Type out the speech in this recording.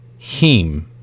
heme